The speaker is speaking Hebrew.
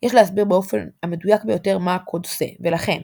יש להסביר באופן המדויק ביותר מה הקוד עושה, ולכן